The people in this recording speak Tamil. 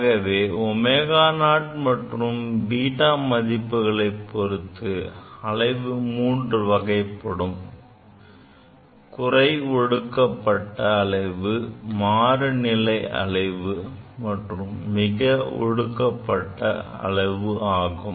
ஆகவே ω0 மற்றும் β மதிப்புகளை பொருத்து அலைவு மூன்று வகைப்படும் குறை ஒடுக்கப்பட்ட அலைவு மாறுநிலை அலைவு மிகை ஒடுக்கப்பட்ட அலைவு ஆகும்